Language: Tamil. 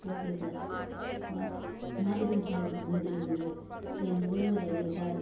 ஓகே சார் மாத்திட்டே மாற்றிட்டேன் சார் இதுக்கு முன்னாடி இருந்ததை என் நுகர்வோர் ஐடியா சார்